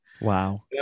Wow